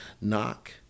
Knock